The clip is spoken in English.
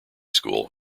school